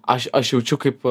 aš aš jaučiu kaip